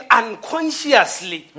unconsciously